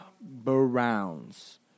Browns